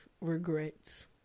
regrets